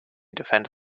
defend